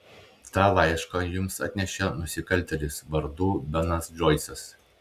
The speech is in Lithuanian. tą laišką jums atnešė nusikaltėlis vardu benas džoisas